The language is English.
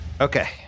Okay